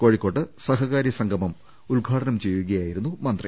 കോഴി ക്കോട്ട് സഹകാരി സംഗമം ഉദ്ഘാടനം ചെയ്യുകയായിരുന്നു മന്ത്രി